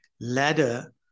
ladder